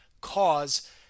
cause